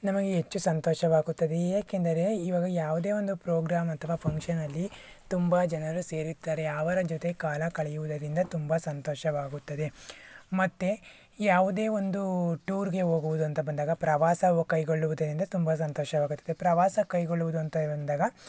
ನಮಗೆ ಹೆಚ್ಚು ಸಂತೋಷವಾಗುತ್ತದೆ ಏಕೆಂದರೆ ಈವಾಗ ಯಾವುದೇ ಒಂದು ಪ್ರೋಗ್ರಾಮ್ ಅಥವಾ ಫಂಕ್ಷನ್ನಲ್ಲಿ ತುಂಬ ಜನರು ಸೇರುತ್ತಾರೆ ಅವರ ಜೊತೆ ಕಾಲ ಕಳೆಯುವುದರಿಂದ ತುಂಬ ಸಂತೋಷವಾಗುತ್ತದೆ ಮತ್ತು ಯಾವುದೇ ಒಂದು ಟೂರ್ಗೆ ಹೋಗುವುದ್ ಅಂತ ಬಂದಾಗ ಪ್ರವಾಸವ ಕೈಗೊಳ್ಳುವುದರಿಂದ ತುಂಬ ಸಂತೋಷವಾಗುತ್ತದೆ ಪ್ರವಾಸ ಕೈಗೊಳ್ಳುವುದು ಅಂತ ಬಂದಾಗ